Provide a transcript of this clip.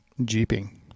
jeeping